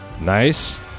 Nice